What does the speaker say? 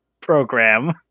program